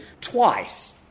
twice